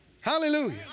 Hallelujah